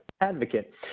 Advocate